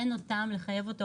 אין עוד טעם לחייב אותו,